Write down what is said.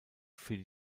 für